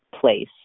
place